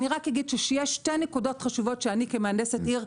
אני רק אגיד שיש שתי נקודות חשובות שאני כמהנדסת עיר,